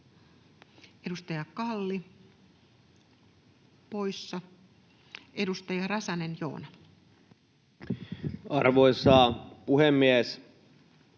Edustaja Kalli, poissa. — Edustaja Räsänen, Joona. [Speech